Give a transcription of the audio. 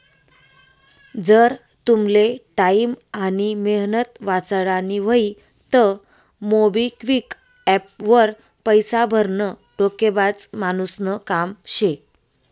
जर तुमले टाईम आनी मेहनत वाचाडानी व्हयी तं मोबिक्विक एप्प वर पैसा भरनं डोकेबाज मानुसनं काम शे